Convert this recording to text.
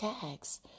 tags